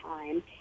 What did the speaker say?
time